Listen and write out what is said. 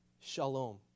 shalom